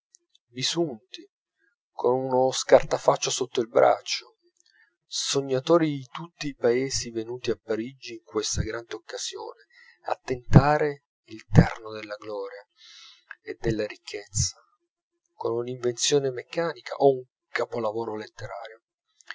bisunti con uno scartafaccio sotto il braccio sognatori di tutti i paesi venuti a parigi in questa grande occasione a tentare il terno della gloria e della ricchezza con una invenzione meccanica o un capolavoro letterario